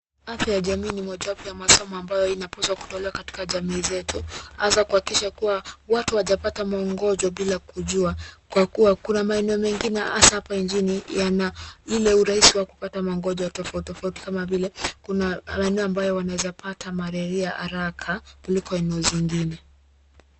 Afya ya jamii ni mojawapo ya masomo inapaswa kutolewa katika jamii zetu, hasa kuhakikisha kuwa watu hawajapata maugonjwa bila kujua kwa kuwa kuna maeneo mengine hasa hapa nchini yana ile urahisi wa kupata magonjwa tofauti tofauti kama vile kuna maeneo ambayo wanaezapata malaria haraka kuliko eneo zingine.